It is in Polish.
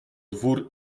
dwór